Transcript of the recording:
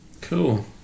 cool